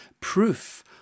proof